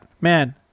man